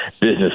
business